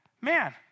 man